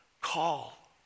call